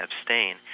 abstain